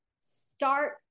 start